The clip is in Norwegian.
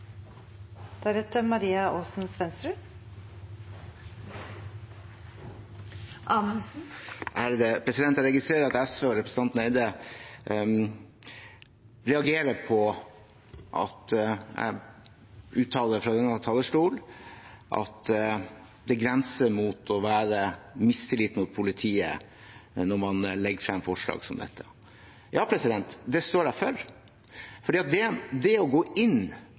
Jeg registrerer at SV og representanten Eide reagerer på at jeg uttaler fra denne talerstolen at det grenser mot å være mistillit mot politiet når man legger frem forslag som dette. Det står jeg for, for det å gå inn